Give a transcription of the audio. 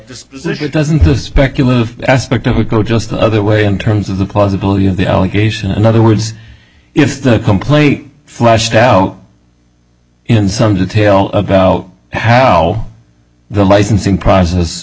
disposition doesn't the speculative aspect of it go just the other way in terms of the cause a billion the allegation in other words if the complaint flushed out in some detail about how the licensing process